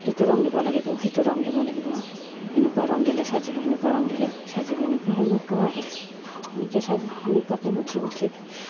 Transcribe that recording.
এইটো ৰং দিব লাগিব সেইটো ৰং দিব লাগিব এনেকুৱা ৰং দিলে চাজিব সেনেকুৱা ৰং দিলে চাজিব এনেকুৱাকৈ মই কওঁ আৰু এনেকৈ চাজি সেনেকুৱাকৈ গোঁঠি গোঁঠি